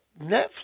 Netflix